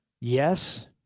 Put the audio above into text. Yes